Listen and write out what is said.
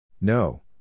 No